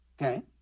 Okay